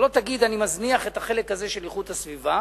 שלא תגיד אני מזניח את החלק הזה איכות הסביבה,